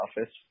office